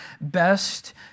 best